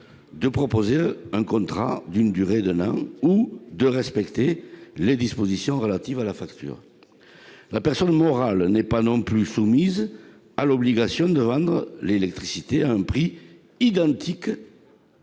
de proposer un contrat d'une durée d'un an ou de respecter les dispositions relatives à la facture. Elle n'est pas non plus soumise à l'obligation de vendre l'électricité à un prix identique